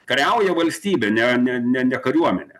kariauja valstybė ne ne ne ne kariuomenė